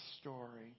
story